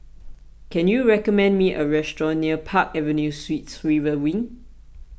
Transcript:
can you recommend me a restaurant near Park Avenue Suites River Wing